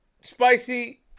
Spicy